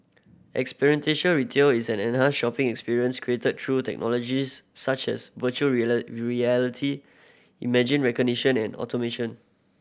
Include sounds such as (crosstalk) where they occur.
experiential retail is an enhanced shopping experience created through the technologies such as virtual (unintelligible) reality image recognition and automation